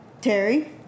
Terry